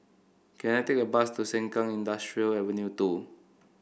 can I take a bus to Sengkang Industrial Avenue two